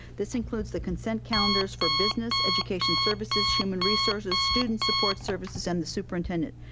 this includes the consent calendars for business, education services, human resources, student support services, and the superintendent.